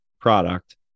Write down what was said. product